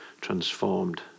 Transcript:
transformed